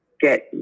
get